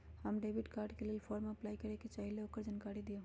हम debit card के लेल फॉर्म अपलाई करे के चाहीं ल ओकर जानकारी दीउ?